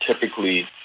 typically